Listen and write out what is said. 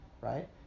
right